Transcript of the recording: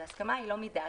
ההסכמה לא תהיה מדעת,